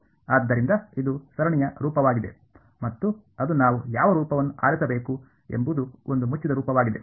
ಆದ್ದರಿಂದ ಇದು ಸರಣಿಯ ರೂಪವಾಗಿದೆ ಮತ್ತು ಅದು ನಾವು ಯಾವ ರೂಪವನ್ನು ಆರಿಸಬೇಕು ಎಂಬುದು ಒಂದು ಮುಚ್ಚಿದ ರೂಪವಾಗಿದೆ